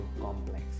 complex